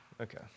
Okay